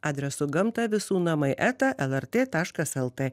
adresu gamta visų namai eta lrt taškas lt